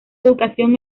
educación